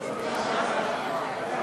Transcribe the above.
נתקבלו.